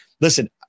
Listen